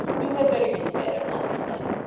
you had better get to bed at once then